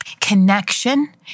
Connection